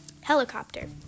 helicopter